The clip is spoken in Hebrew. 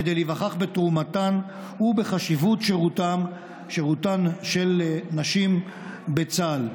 כדי להיווכח בתרומתן ובחשיבות שירותן של נשים בצה"ל.